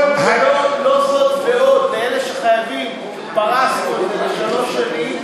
זאת ועוד: לאלה שחייבים פרסנו לשלוש שנים,